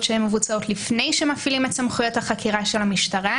שמבוצעות לפני שמפעילים את סמכויות החקירה של המשטרה,